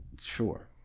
sure